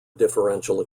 differential